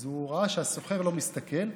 אז הוא ראה שהסוחר לא מסתכל,